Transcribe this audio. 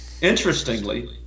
Interestingly